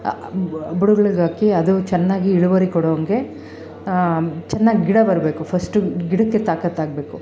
ಬುಡಗಳ್ಗಾಕಿ ಅದು ಚೆನ್ನಾಗಿ ಇಳುವರಿ ಕೊಡುವಂಗೆ ಚೆನ್ನಾಗಿ ಗಿಡ ಬರಬೇಕು ಫಸ್ಟು ಗಿಡಕ್ಕೆ ತಾಕತ್ತಾಗಬೇಕು